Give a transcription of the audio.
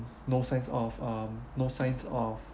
no signs of um no signs of